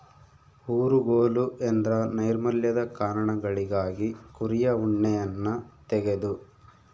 ಊರುಗೋಲು ಎಂದ್ರ ನೈರ್ಮಲ್ಯದ ಕಾರಣಗಳಿಗಾಗಿ ಕುರಿಯ ಉಣ್ಣೆಯನ್ನ ತೆಗೆದು